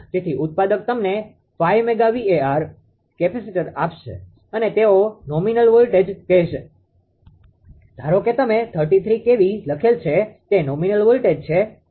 તેથી ઉત્પાદક તમને 5 મેગા VAr કેપેસિટર આપશે અને તેઓ નોમિનલ વોલ્ટેજ કહેશે ધારો કે તેમાં 33 kV લખેલ છે તે નોમિનલ વોલ્ટેજ છે